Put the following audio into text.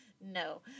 No